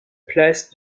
place